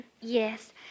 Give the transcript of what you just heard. Yes